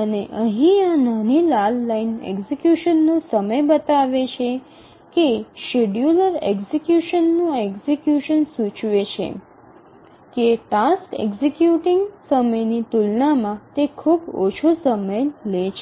અને અહીં આ નાની લાલ લાઇન એક્ઝિકયુશન નો સમય બતાવે છે કે શેડ્યુલર એક્ઝિકયુશનનું આ એક્ઝિકયુશન સૂચવે છે કે ટાસ્ક એક્ઝિક્યુટિંગ સમયની તુલનામાં તે ખૂબ જ ઓછો સમય લે છે